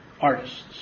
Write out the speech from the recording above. artists